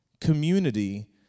community